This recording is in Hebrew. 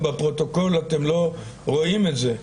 בפרוטוקול לא רואים את זה,